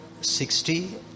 sixty